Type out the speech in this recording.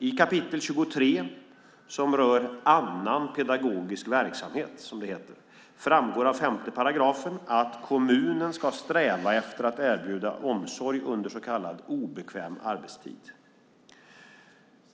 I kap. 23, som rör annan pedagogisk verksamhet, som det heter, framgår av 5 § att kommunen ska sträva efter att erbjuda omsorg under så kallad obekväm arbetstid.